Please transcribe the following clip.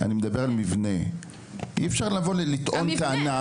אי אפשר לבוא ולטעון טענה,